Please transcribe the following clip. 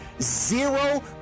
zero